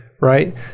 Right